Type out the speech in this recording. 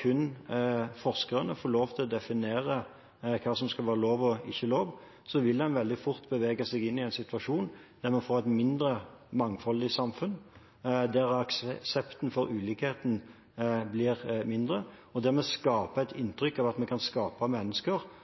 kun lar forskerne få lov til å definere hva som skal være lov og ikke lov, vil en veldig fort bevege seg inn i en situasjon der vi får et mindre mangfoldig samfunn, der aksepten for ulikheten blir mindre – og dermed skape et